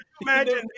Imagine